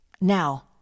Now